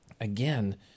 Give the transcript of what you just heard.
again